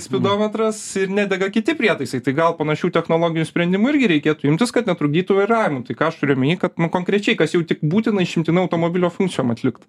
spidometras ir nedega kiti prietaisai tai gal panašių technologinių sprendimų irgi reikėtų imtis kad netrukdytų vairavimui tai ką aš turiu omeny kad konkrečiai kas jau tik būtina išimtinai automobilio funkcijom atlikt